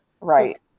Right